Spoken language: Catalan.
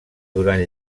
durant